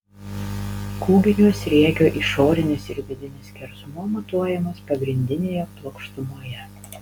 kūginio sriegio išorinis ir vidinis skersmuo matuojamas pagrindinėje plokštumoje